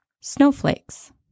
Snowflakes